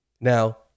Now